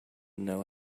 know